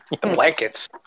blankets